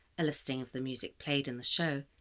a listing of the music played in the show,